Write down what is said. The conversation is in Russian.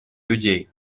людей